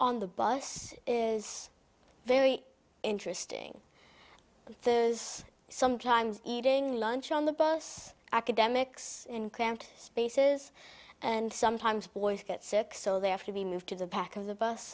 on the bus is very interesting there is sometimes eating lunch on the bus academics in cramped spaces and sometimes boys get sick so they have to be moved to the back of the bus